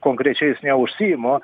konkrečiais neužsiimu